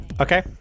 Okay